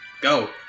go